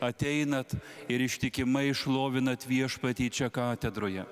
ateinat ir ištikimai šlovinat viešpatį čia katedroje